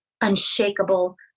unshakable